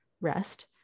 rest